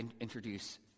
introduce